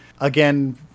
Again